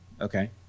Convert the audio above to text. Okay